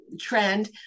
trend